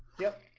yep.